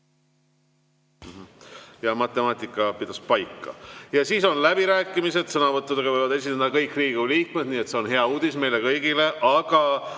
Jah, matemaatika pidas paika. Siis on läbirääkimised. Sõnavõttudega võivad esineda kõik Riigikogu liikmed, nii et see on hea uudis meile kõigile. Aga